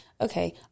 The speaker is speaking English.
okay